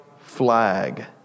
flag